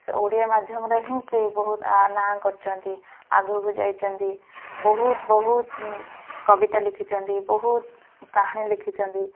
ସେ ଓଡ଼ିଆ ମାଧ୍ୟମରେ ହିଁ ସେ ବହୁତ ନାଁ କରିଛନ୍ତି ଆଗକୁ ଯାଇଛନ୍ତି ବହୁତ ବହୁତ କବିତା ଲେଖିଛନ୍ତି ବହୁତ କାହାଣୀ ଲେଖିଛନ୍ତି